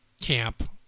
camp